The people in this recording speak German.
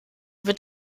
wird